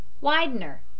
Widener